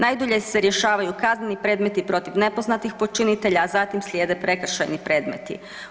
Najdulje se rješavaju kazneni predmeti protiv nepoznatih počinitelja, a zatim slijete prekršajni predmeti.